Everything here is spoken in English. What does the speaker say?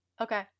Okay